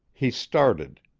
he started.